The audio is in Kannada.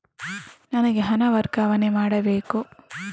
ನನಗೆ ಹಣ ವರ್ಗಾವಣೆ ಮಾಡಬೇಕು